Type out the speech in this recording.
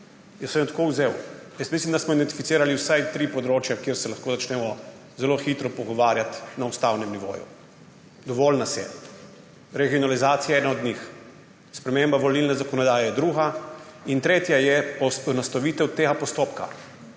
jaz sem jo tako vzel. Mislim, da smo identificirali vsaj tri področja, kjer se lahko začnemo zelo hitro pogovarjati na ustavnem nivoju, dovolj nas je. Regionalizacija je ena od njih, sprememba volilne zakonodaje je druga in tretja je poenostavitev tega postopka.